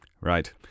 Right